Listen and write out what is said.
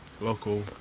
Local